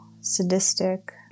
sadistic